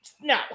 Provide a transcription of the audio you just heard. no